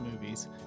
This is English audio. movies